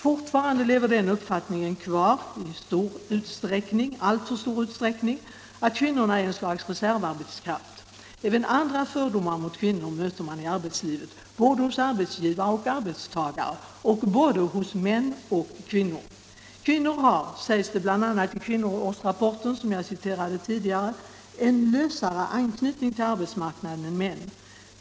Fortfarande lever den uppfattningen kvar i alltför stor utsträckning att kvinnor är ett slags reservarbetskraft. Även andra fördomar mot kvinnor finns i arbetslivet, hos både arbetsgivare och arbetstagare — och hos både män och kvinnor. Kvinnor har, sägs det i kvinnoårsrapporten, som jag citerade tidigare, ”en lösare anknytning” till arbetsmarknaden än män.